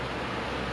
I see